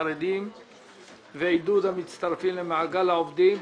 חרדים ועידוד המצטרפים למעגל העובדים,